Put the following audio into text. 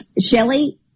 shelly